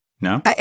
No